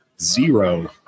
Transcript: zero